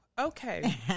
Okay